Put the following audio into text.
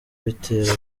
bitera